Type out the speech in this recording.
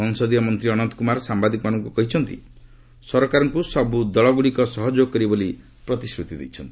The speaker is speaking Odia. ସଂସଦୀୟ ମନ୍ତ୍ରୀ ଅନନ୍ତ କୁମାର ସାମ୍ଭାଦିକମାନଙ୍କୁ କହିଛନ୍ତି ସରକାରଙ୍କୁ ସବୁ ଦଳଗୁଡ଼ିକ ସହଯୋଗ କରିବେ ବୋଲି ପ୍ରତିଶ୍ରୁତି ଦେଇଛନ୍ତି